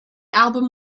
album